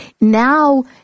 now